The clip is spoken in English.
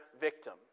victim